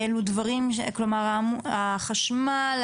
כלומר החשמל,